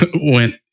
went